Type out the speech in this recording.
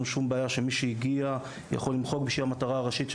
שום בעיה שמי שהגיע יכול למחוק בשביל המטרה הראשית של